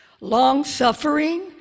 long-suffering